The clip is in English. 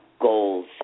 goals